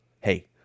Hey